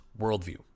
worldview